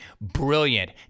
Brilliant